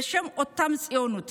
ובשם אותה ציונות